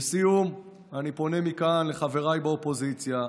לסיום, אני פונה מכאן לחבריי באופוזיציה: